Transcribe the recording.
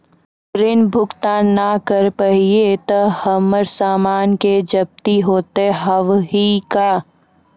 ऋण भुगतान ना करऽ पहिए तह हमर समान के जब्ती होता हाव हई का?